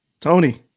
Tony